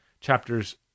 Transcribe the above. chapters